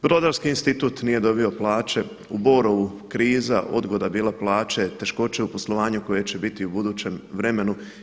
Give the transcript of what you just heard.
Brodarski institut nije dobio plaće, u Borovu kriza odgoda je bila plaće, teškoće u poslovanju koje će biti i u budućem vremenu.